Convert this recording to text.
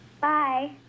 Bye